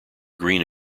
green